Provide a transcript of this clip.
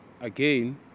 again